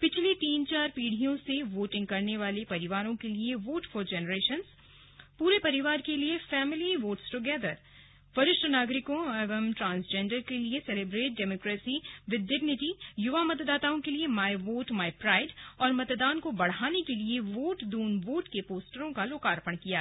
पिछली तीन चार पीढ़ियों से वोटिंग करने वाले परिवारों के लिए वोट फॉर जेनरेशन्स पूरे परिवार के लिए फैमिली वोट्स ट्रंगैदर वरिष्ठ नागरिकों एवं ट्रांसजेंडर के लिए सैलीब्रेट डेमोक्रेसी विद डिग्निटी युवा मतदाताओं के लिए माई वोट माई प्राईड और मतदान को बढ़ाने के लिए वोट दून वोट के पोस्टरों का लोकार्पण किया गया